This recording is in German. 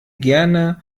gerne